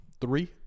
Three